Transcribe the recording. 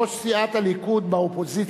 ראש סיעת הליכוד באופוזיציה,